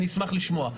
אני אשמח לשמוע.